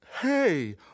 Hey